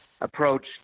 approach